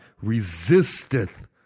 resisteth